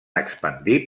expandir